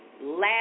last